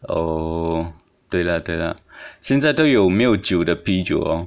oh 对啦对啦现在都有没有的啤酒 lor